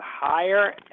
higher